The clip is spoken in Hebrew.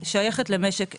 היא שייכת למשק אחד.